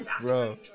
Bro